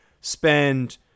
spend